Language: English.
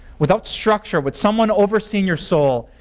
without structure, with someone overseeing your soul,